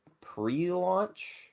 pre-launch